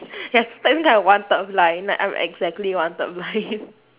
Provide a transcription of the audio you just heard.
yes not even kind of one third blind like I'm exactly one third blind